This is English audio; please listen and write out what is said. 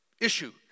issue